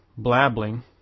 Blabbling